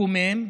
מקומם.